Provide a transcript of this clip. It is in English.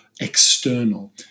external